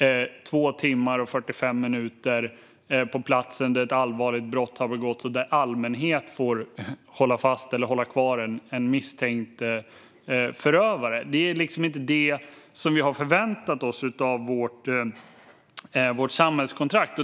i 2 timmar och 45 minuter när ett allvarligt brott har begåtts och där allmänheten får hålla kvar en misstänkt förövare. Det är liksom inte detta som vi förväntar oss av vårt samhällskontrakt.